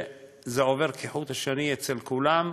זה עובר כחוט השני אצל כולן,